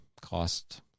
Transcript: Cost